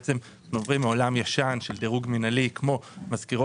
בעצם אנחנו עוברים מעולם ישן של דירוג מינהלי כמו מזכירות,